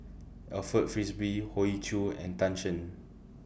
Alfred Frisby Hoey Choo and Tan Shen